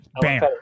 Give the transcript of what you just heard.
bam